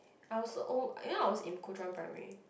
I also oh you know I was in Kuo Chuan primary